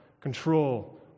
control